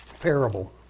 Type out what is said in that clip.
parable